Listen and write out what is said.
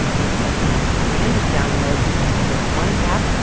and if you like your news on demand, download the npr one app.